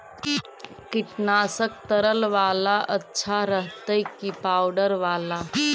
कीटनाशक तरल बाला अच्छा रहतै कि पाउडर बाला?